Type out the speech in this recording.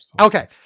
Okay